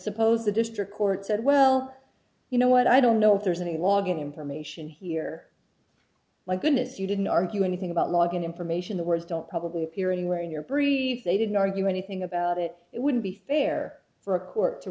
suppose the district court said well you know what i don't know if there's any log in information here like goodness you didn't argue anything about logging information the words don't probably appear anywhere your brief they didn't argue anything about it it wouldn't be fair for a court to